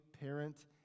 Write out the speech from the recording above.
parent